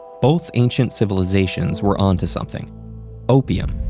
both ancient civilizations were on to something opium,